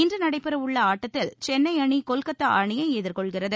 இன்று நடைபெறவுள்ள ஆட்டத்தில் சென்னை அணி கொல்கத்தா அணியை எதிர்கொள்கிறது